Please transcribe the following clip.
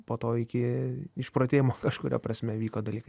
po to iki išprotėjimo kažkuria prasme vyko dalykai